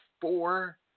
four